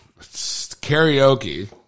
Karaoke